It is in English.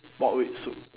pork rib soup